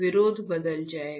विरोध बदल जाएगा